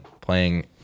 playing